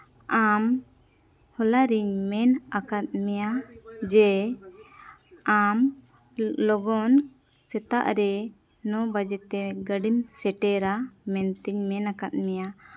ᱟᱢ ᱦᱚᱞᱟᱨᱤᱧ ᱢᱮᱱ ᱟᱠᱟᱫ ᱢᱮᱭᱟ ᱡᱮ ᱟᱢ ᱞᱚᱜᱚᱱ ᱥᱮᱛᱟᱜ ᱨᱮ ᱱᱚ ᱵᱟᱡᱮ ᱛᱮ ᱜᱟᱹᱰᱤᱢ ᱥᱮᱴᱮᱨᱟ ᱢᱮᱱᱛᱤᱧ ᱢᱮᱱ ᱟᱠᱟᱫ ᱢᱮᱭᱟ